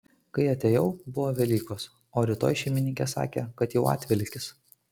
kai atėjau buvo velykos o rytoj šeimininkė sakė kad jau atvelykis